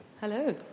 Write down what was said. Hello